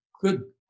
good